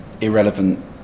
irrelevant